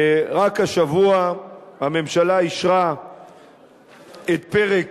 רק השבוע הממשלה אישרה את פרק